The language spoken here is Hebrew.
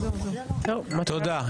תודה.